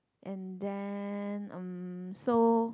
and then um so